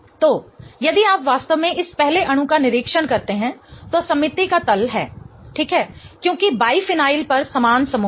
तो यदि आप वास्तव में इस पहले अणु का निरीक्षण करते हैं तो सममिति का तल है ठीक है क्योंकि बाईफिनाइल पर समान समूह हैं